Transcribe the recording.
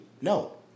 No